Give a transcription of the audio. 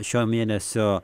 šio mėnesio